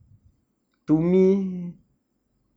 to me